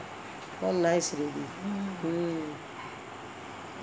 not nice already